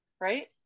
right